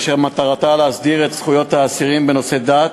אשר מטרתה להסדיר את זכויות האסירים בנושא דת